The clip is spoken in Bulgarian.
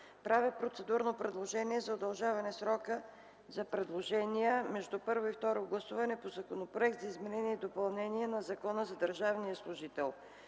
правя процедурно предложение за удължаване срока за предложения между първо и второ гласуване с още 7 дни по Законопроект за изменение и допълнение на Закона за държавния служител,